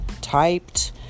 typed